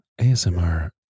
ASMR